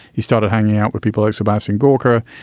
he started hanging out with people like sebastian gorka.